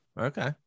Okay